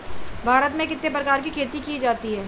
भारत में कितने प्रकार की खेती की जाती हैं?